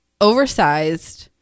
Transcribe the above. oversized